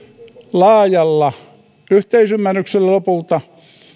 laajalla yhteisymmärryksellä lopulta